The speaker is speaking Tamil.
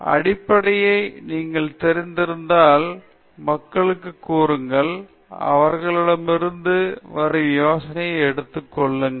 எனவே அடிப்படையை நீங்கள் தெரிந்திருந்தால் மக்களுக்கு கூறுங்கள் மேலும் அவர்களிடமிருந்து வரும் யோசனையை எடுத்துக் கொள்ளுங்கள்